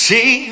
See